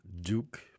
Duke